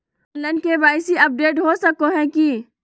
Online KYC update हो सको है की?